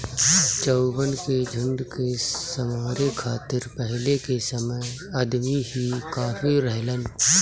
चउवन के झुंड के सम्हारे खातिर पहिले के समय अदमी ही काफी रहलन